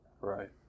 right